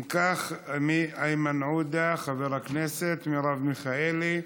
אם כך, איימן עודה, חבר הכנסת, מרב מיכאלי,